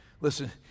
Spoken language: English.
listen